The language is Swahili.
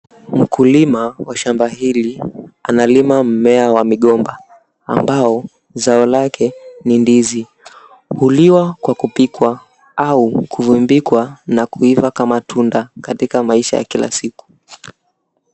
Mkulima wa shamba hili analima mmea wa migomba ambao zao lake ni ndizi. Huliwa kwa kupikwa au kuvumbikwa na kuiva kama tunda katika maisha ya kila siku.